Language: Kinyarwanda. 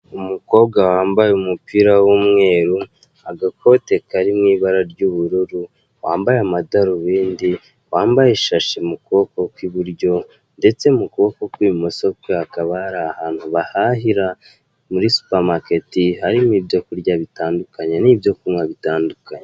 Umukobwa wambaye umupira w'umweru, agakote kari mu ibara ry'ubururu, wambaye amadarubindi, wambaye ishashi mu kuboko ku iburyo ndetse mu kuboko ku ibumoso kwe hakaba hari ahantu bahahira muri supermarket, harimo ibyo kurya bitandukanye n'ibyo kunywa bitandukanye.